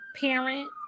parent